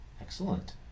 Excellent